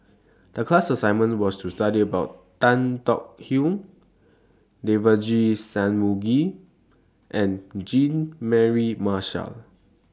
The class assignment was to study about Tan Tong Hye Devagi Sanmugam and Jean Mary Marshall